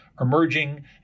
emerging